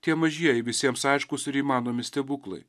tie mažieji visiems aiškūs ir įmanomi stebuklai